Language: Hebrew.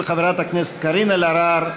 של חברת הכנסת קארין אלהרר.